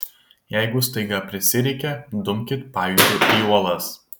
jeigu staiga prisireikia dumkit pajūriu į uolas